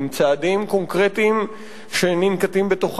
עם צעדים קונקרטיים שננקטים בה,